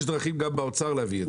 יש דרכים גם באוצר להביא את זה.